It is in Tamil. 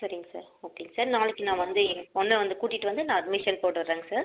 சரிங்க சார் ஓகேங்க சார் நாளைக்கு நான் வந்து எங்கள் பொண்ணை வந்து கூட்டிகிட்டு வந்து நான் அட்மிஷன் போட்டுட்றேங்க சார்